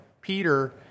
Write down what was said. Peter